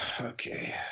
okay